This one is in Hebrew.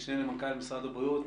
משנה למנכ"ל משרד הבריאות.